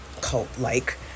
cult-like